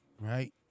right